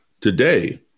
Today